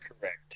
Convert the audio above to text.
Correct